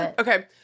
Okay